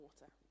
water